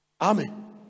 Amen